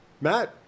Matt